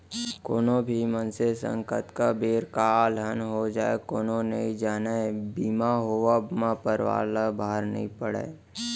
कोनो भी मनसे संग कतका बेर काय अलहन हो जाय कोनो नइ जानय बीमा होवब म परवार ल भार नइ पड़य